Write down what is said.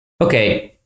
Okay